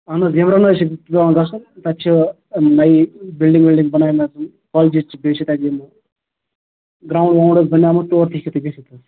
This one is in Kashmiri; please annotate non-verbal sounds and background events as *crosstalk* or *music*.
اَہَن حظ ییٚمہِ رنٛگہٕ حظ چھِ پیٚوان گژھُن تتہِ چھِ نَیہِ بِلڈِنٛگ وِلڈِنٛگ بنے مژٕ *unintelligible* بیٚیہِ چھِ تَتہِ یِم گرٛاونٛڈ وونٛڈ حظ بنوومُت تور تہِ ہیٚکِو تُہۍ گٔژھِتھ حظ